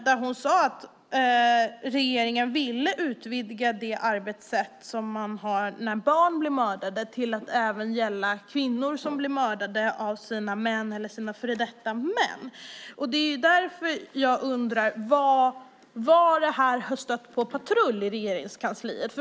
Då sade hon att regeringen ville utvidga det arbetssätt som man har när barn blir mördade till att även gälla när kvinnor blir mördade av sina män eller sina före detta män. Därför undrar jag var det här har stött på patrull i Regeringskansliet.